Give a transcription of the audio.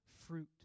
fruit